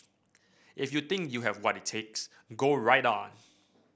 if you think you have what it takes go right on